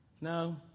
No